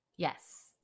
Yes